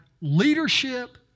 leadership